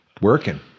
working